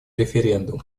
референдум